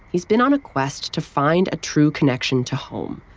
he's been on a quest to find a true connection to home,